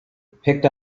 picked